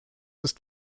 ist